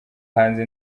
hanze